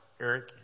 Eric